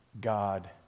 God